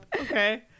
Okay